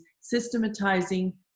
systematizing